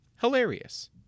hilarious